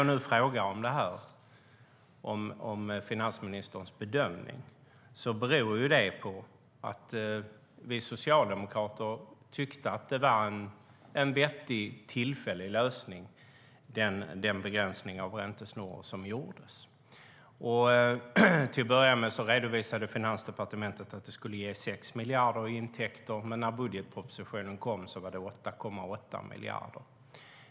Min fråga om finansministerns bedömning ska ses mot bakgrund av att vi socialdemokrater tyckte att den begränsning av räntesnurror som gjordes var en vettig tillfällig lösning. Till att börja med redovisade Finansdepartementet att det skulle ge 6 miljarder i intäkter, men när budgetpropositionen kom var det 8,8 miljarder.